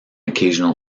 occasional